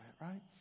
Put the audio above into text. right